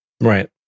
Right